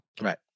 Right